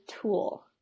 tool